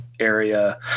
Area